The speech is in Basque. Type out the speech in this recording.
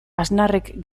aznarrek